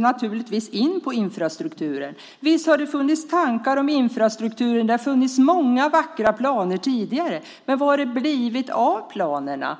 naturligtvis in på infrastrukturen. Visst har det funnits tankar om infrastrukturen. Det har funnits många vackra planer tidigare. Men vad har det blivit av planerna?